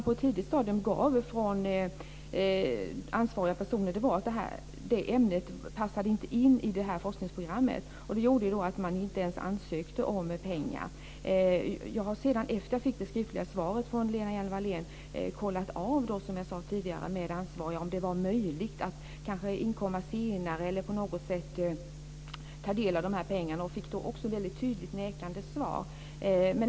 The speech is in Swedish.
På ett tidigt stadium gav dock ansvariga personer signaler om att ämnet inte passade inte in i forskningsprogrammet. Det gjorde att man inte ens ansökte om pengar. Efter att jag fick det skriftliga svaret från Lena Hjelm-Wallén har jag kollat med ansvariga om det var möjligt att komma in senare och ta del av pengarna. Jag fick då också ett tydligt nekande svar.